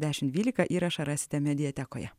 dešim dvylika įrašą rasite mediatekoje